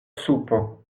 supo